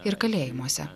ir kalėjimuose